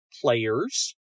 players